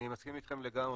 אני מסכים איתכם לגמרי,